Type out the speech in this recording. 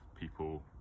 people